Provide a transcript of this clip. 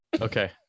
Okay